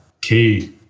key